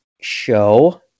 show